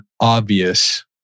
obvious